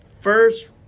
First